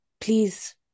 please